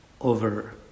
over